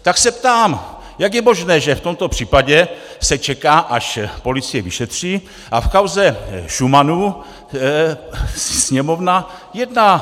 Tak se ptám, jak je možné, že v tomto případě se čeká, až policie vyšetří, a v kauze Šumanu Sněmovna jedná.